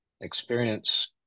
experience